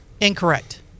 Incorrect